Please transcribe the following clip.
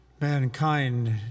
mankind